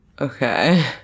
okay